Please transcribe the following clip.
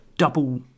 double